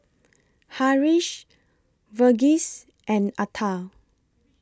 Haresh Verghese and Atal